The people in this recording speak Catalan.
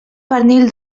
pernil